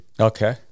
Okay